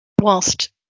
whilst